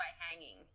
hanging